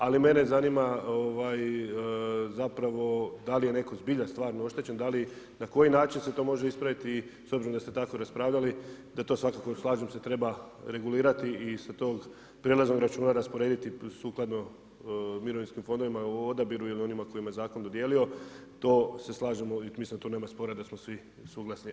Ali, mene zanima, zapravo, da li je netko zbilja stvarno oštećen, na koji način se to može ispraviti i s obzirom da ste tako raspravljali, da to svakako slažem se treba regulirati i sa tog prijelaznog računa rasporediti sukladno mirovinskim fondovima u odabiru ili onima kojim je zakon dodijelio, to se slažem … mislim da tu nema spora, da smo svi suglasni.